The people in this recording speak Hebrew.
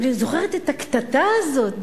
אני זוכרת את הקטטה הזאת,